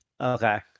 Okay